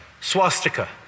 swastika